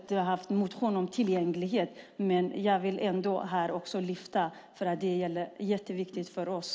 Jag har en motion om tillgänglighet som jag vill lyfta fram här, för tillgängligheten är jätteviktigt för oss.